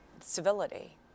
civility